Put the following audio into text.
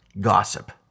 gossip